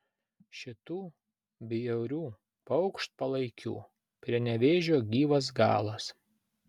šitų bjaurių paukštpalaikių prie nevėžio gyvas galas